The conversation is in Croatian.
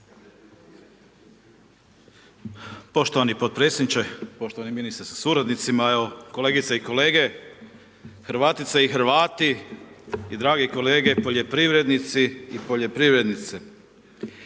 Poštovani potpredsjedniče, poštovani ministre sa suradnicima, kolegice i kolege, Hrvatice i Hrvati i dragi kolege poljoprivrednici i poljoprivrednice.